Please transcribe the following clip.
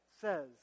says